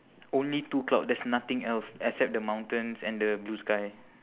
only two cloud there's nothing else except the mountains and the blue sky